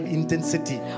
intensity